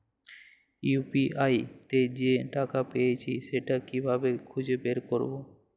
UPI তে যে টাকা পেয়েছি সেটা কিভাবে খুঁজে বের করবো?